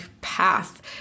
path